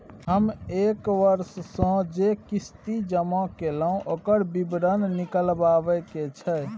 हम एक वर्ष स जे किस्ती जमा कैलौ, ओकर विवरण निकलवाबे के छै?